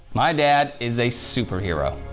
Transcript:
my dad is a superhero.